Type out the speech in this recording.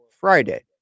Friday